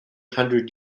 hundred